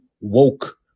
woke